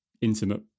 intimate